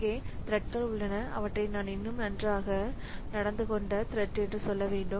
இங்கே த்ரெட்கள் உள்ளன அவற்றை நான் இன்னும் நன்றாக நடந்து கொண்ட த்ரெட் என்று சொல்ல வேண்டும்